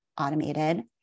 automated